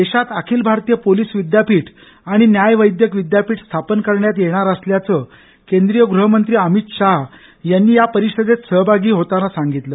देशात अखिल भारतीय पोलीस विद्यापीठ आणि न्यायवैद्यक विद्यापीठ स्थापन करण्यात येणार असल्याचं केंद्रीय गृहमंत्री अमित शाह यांनी या परिषदेत सहभागी होताना सांगितल